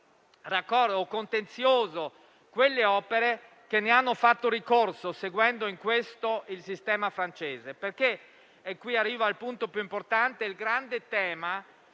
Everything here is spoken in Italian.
qualsiasi contenzioso le opere che vi hanno fatto ricorso, seguendo in questo il sistema francese. Questo perché - e qui arrivo al punto più importante - il grande tema